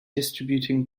distributing